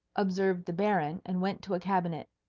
observed the baron, and went to a cabinet.